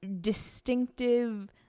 distinctive